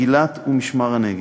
גילת ומשמר-הנגב.